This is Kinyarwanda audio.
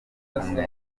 ari